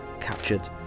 captured